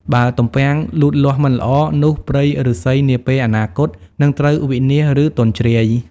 បើទំពាំងលូតលាស់មិនល្អ នោះព្រៃឫស្សីនាពេលអនាគតនឹងត្រូវវិនាស ឬទន់ជ្រាយ។